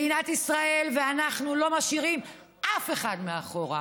מדינת ישראל ואנחנו לא משאירים אף אחד מאחור.